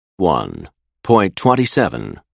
1.27